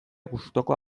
gustuko